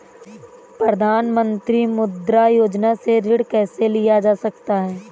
प्रधानमंत्री मुद्रा योजना से ऋण कैसे लिया जा सकता है?